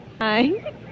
hi